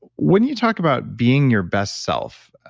when you talk about being your best self,